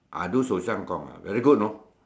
I do shou-shang-gong ah very good you know